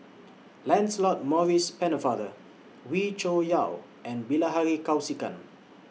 Lancelot Maurice Pennefather Wee Cho Yaw and Bilahari Kausikan